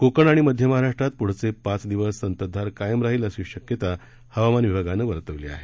कोकण आणि गोवा आणि मध्य महाराष्ट्रात पुढचे पाच दिवस संततधार कायम राहील अशी शक्यता हवामान विभागानं वर्तवली आहे